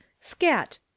Scat